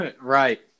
Right